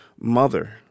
mother